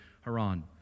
Haran